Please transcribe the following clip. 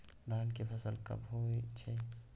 धान के फसल कब होय छै?